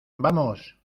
vamos